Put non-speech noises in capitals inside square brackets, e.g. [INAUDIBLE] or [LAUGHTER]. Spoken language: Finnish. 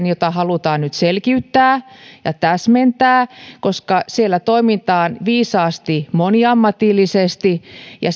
[UNINTELLIGIBLE] jota halutaan nyt selkiyttää ja täsmentää koska siellä toimitaan viisaasti moniammatillisesti ja [UNINTELLIGIBLE]